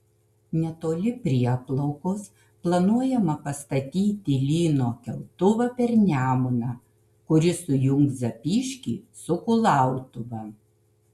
netoli prieplaukos planuojama pastatyti lyno keltuvą per nemuną kuris sujungs zapyškį su kulautuva